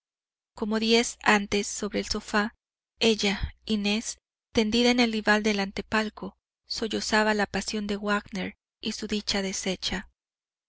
como diez antes sobre el sofá ella inés tendida en el diván del antepalco sollozaba la pasión de wagner y su dicha deshecha